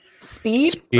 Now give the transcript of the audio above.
Speed